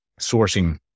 sourcing